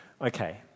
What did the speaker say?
Okay